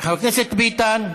חבר הכנסת ביטן.